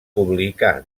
publicà